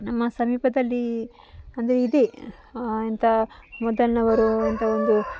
ನಮ್ಮ ಸಮೀಪದಲ್ಲಿ ಅಂದರೆ ಇದೆ ಎಂಥ ಮೊದಲಿನವರು ಎಂಥ ಒಂದು